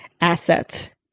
asset